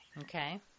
Okay